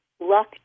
luck